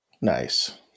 nice